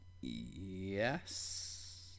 Yes